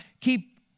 keep